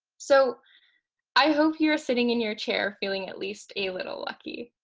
so i hope you're sitting in your chair feeling at least a little lucky.